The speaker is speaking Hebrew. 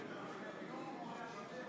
50